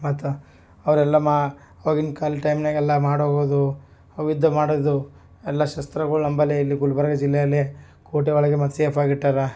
ಮತ್ತು ಅವರೆಲ್ಲಾ ಮಾ ಆವಾಗಿನ ಕಾಲ ಟೈಮ್ನಾಗೆಲ್ಲ ಮಾಡೋವದು ಅವು ಯುದ್ಧ ಮಾಡೋದು ಎಲ್ಲ ಶಸ್ತ್ರಗಳು ನಂಬಲ್ಲಿ ಇಲ್ಲಿ ಗುಲ್ಬರ್ಗ ಜಿಲ್ಲೆಯಲ್ಲಿ ಕೋಟೆಯೊಳಗೆ ಮತ್ತು ಸೇಫ್ ಆಗಿ ಇಟ್ಟಾರೆ